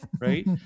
right